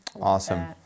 Awesome